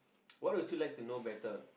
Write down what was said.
what would you like to know better